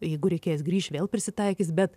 jeigu reikės grįš vėl prisitaikys bet